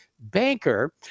banker